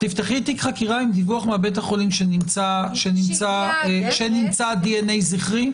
תפתחי תיק חקירה עם דיווח מבית החולים שנמצא דנ"א זכרי?